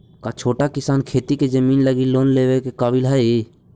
का छोटा किसान खेती के जमीन लगी लोन लेवे के काबिल हई?